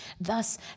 Thus